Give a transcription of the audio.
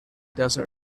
desert